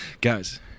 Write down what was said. guys